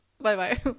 Bye-bye